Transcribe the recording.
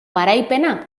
garaipena